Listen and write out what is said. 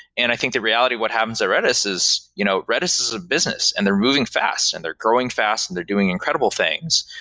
and i think the reality what happens at redis is you know redis is a business and they're moving fast, and they're growing fast, and they're doing incredible things.